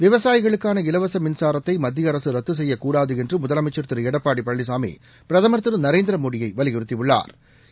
விவசாயிகளுக்கான இலவச மின்சாரத்தை மத்திய அரசு ரத்து செய்யக்கூடாது என்று முதலமைச்ச் திரு எடப்பாடி பழனிசாமி பிரதமா் திரு நரேந்திரமோடியை வலியுறுத்தியுள்ளாா்